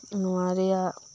ᱱᱚᱶᱟ ᱨᱮᱭᱟᱜ